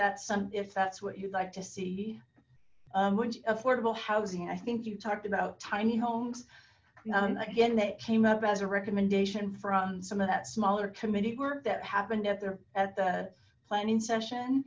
that's some if that's what you'd like to see which affordable housing i think you talked about tiny homes again that came up as a recommendation from some of that smaller committee work that happened at there at the planning session